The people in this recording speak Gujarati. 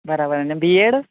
બરાબર અને બી એડ